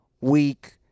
week